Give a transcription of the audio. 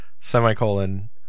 Semicolon